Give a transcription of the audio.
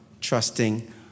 trusting